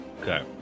Okay